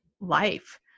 life